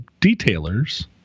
detailers